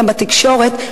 גם בתקשורת,